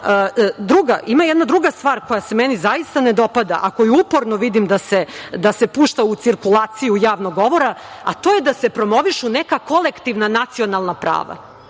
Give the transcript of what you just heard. jedna druga stvar koja se meni zaista ne dopada, a koju uporno vidim da se pušta u cirkulaciju javnog govora, a to je da se promovišu neka kolektivna nacionalna prava.